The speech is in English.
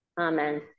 Amen